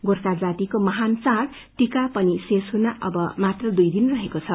गोर्खा जातिको महान चाढ़ टीको पनि शेष हुने अब मात्र दुई दिन रहेको छ